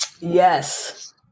Yes